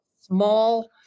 small